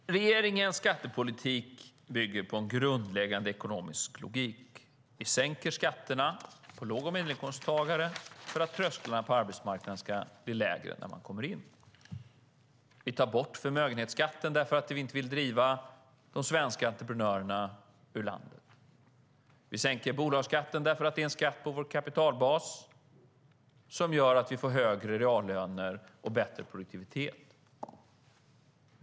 Herr talman! Regeringens skattepolitik bygger på en grundläggande ekonomisk logik. Vi sänker skatterna på låg och medelinkomsttagare för att trösklarna på arbetsmarknaden ska bli lägre när man kommer in. Vi tar bort förmögenhetsskatten, för vi vill inte driva de svenska entreprenörerna ut ur landet. Vi sänker bolagsskatten, som är en skatt på vår kapitalbas, och det gör att vi får högre reallöner och bättre produktivitet.